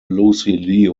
lucy